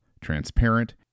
transparent